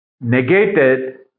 negated